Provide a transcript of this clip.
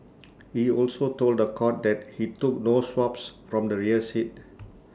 he also told The Court that he took no swabs from the rear seat